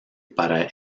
para